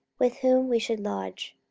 with whom we should lodge.